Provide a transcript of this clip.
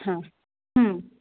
हा